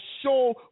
show